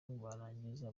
barangiza